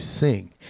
sing